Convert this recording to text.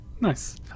nice